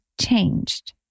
changed